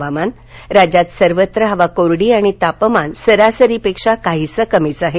हवामान राज्यात सर्वत्र हवा कोरडी आणि तापमान सरासरी पेक्षा काहीसं कमीच आहे